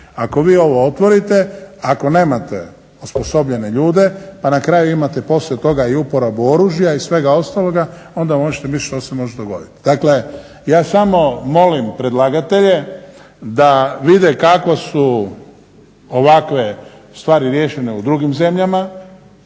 Ako vi ovo otvorite, ako nemate osposobljene ljude, pa na kraju imate poslije toga i uporabu oružja i svega ostaloga onda možete misliti što se može dogoditi. Dakle, ja samo molim predlagatelje da vide kako su ovakve stvari riješene u drugim zemljama,